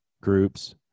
groups